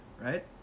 right